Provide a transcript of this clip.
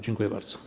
Dziękuję bardzo.